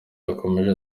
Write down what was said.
yakomeje